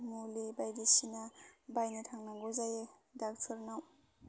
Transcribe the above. मुलि बायदिसिना बायनो थांनांगौ जायो डाक्टरनाव